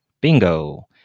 Bingo